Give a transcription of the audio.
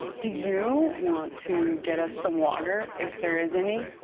do you want to get us some water, if there is any?